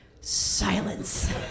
silence